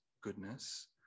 goodness